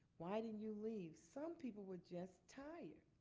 why didn't you leave? some people were just tired.